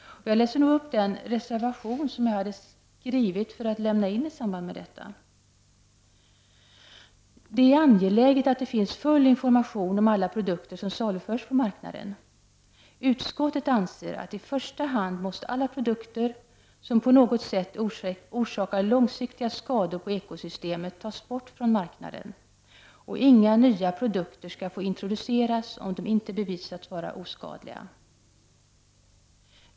Jag läser nu upp den reservation som jag hade skrivit för att lämna till betänkandet: Det är angeläget att det finns full information om alla produkter som saluförs på marknaden. Utskottet anser att i första hand måste alla produkter som på något sätt orsakar långsiktiga skador på ekosystemet tas bort från marknaden, och inga nya produkter skall få introduceras om de inte har be visats vara oskadliga.